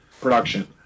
production